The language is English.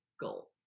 goal